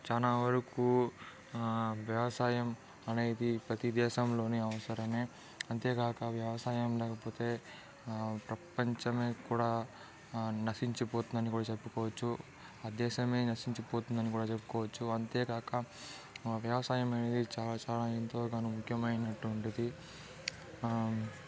చాలా వరుకు వ్యవసాయం అనేది ప్రతి దేశంలోని అవసరమే అంతేగాక వ్యవసాయం లేకపోతే ప్రపంచమే కూడా నశించిపోతుందని కూడా చెప్పుకోవచ్చు దేశమే నశించిపోతుందని చెప్పుకోవచ్చు అంతేకాక వ్యవసాయం అనేది చాలా చాలా ఎంతోగానో ముఖ్యమైనటు వంటిది